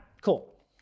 Cool